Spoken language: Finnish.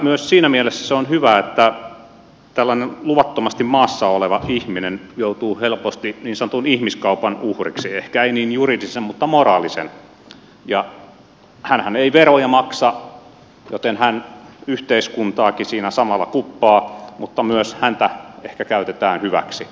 myös siinä mielessä se on hyvä että tällainen luvattomasti maassa oleva ihminen joutuu helposti niin sanotun ihmiskaupan uhriksi ehkä ei niin juridisen mutta moraalisen ja hänhän ei veroja maksa joten hän yhteiskuntaakin siinä samalla kuppaa mutta myös häntä ehkä käytetään hyväksi